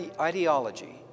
ideology